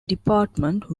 department